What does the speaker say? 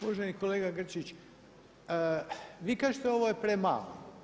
Uvaženi kolega Grčić, vi kažete ovo je premalo.